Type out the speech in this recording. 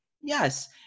Yes